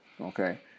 okay